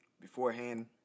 beforehand